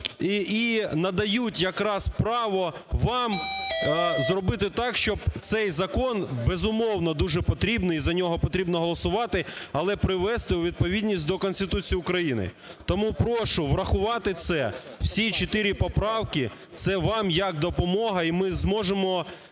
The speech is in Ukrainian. і надають якраз право вам зробити так, щоб цей закон, безумовно, дуже потрібний і за нього потрібно голосувати, але привести у відповідність до Конституції України. Тому прошу врахувати це – всі чотири поправки. Це вам як допомога, і ми зможемо